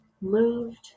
moved